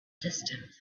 distant